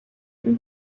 این